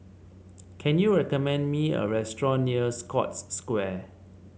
can you recommend me a restaurant near Scotts Square